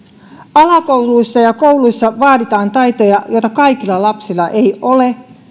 alakouluissa ja kouluissa vaaditaan taitoja joita kaikilla lapsilla ei ole